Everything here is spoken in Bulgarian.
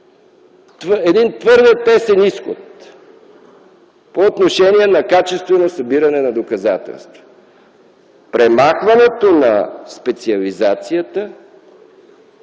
един твърде тесен изход по отношение на качеството на събиране на доказателства. Премахването на специализацията